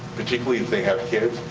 particularly if they have kids.